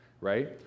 right